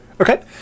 Okay